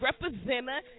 Representa